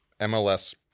MLS